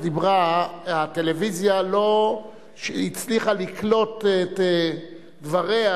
דיברה והטלוויזיה לא הצליחה לקלוט את דבריה.